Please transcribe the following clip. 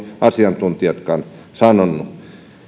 asiantuntijatkaan